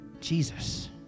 Jesus